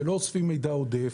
שלא אוספים מידע עודף,